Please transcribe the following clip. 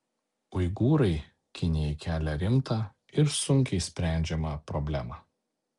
uigūrai kinijai kelia rimtą ir sunkiai sprendžiamą problemą